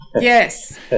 Yes